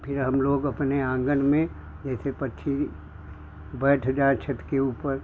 फिर हम लोग अपने आँगन में जैसे पक्षी बैठ जाएँ छत के ऊपर